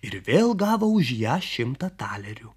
ir vėl gavo už ją šimtą talerių